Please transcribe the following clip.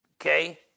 Okay